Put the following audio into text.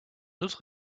autre